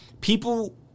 People